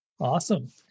Awesome